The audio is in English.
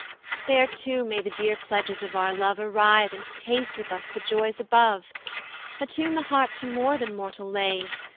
there too may the dear pledges of our love arrive, and taste with us the joys above attune the harp to more than mortal lays,